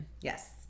Yes